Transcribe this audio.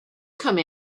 come